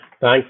Thanks